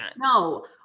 No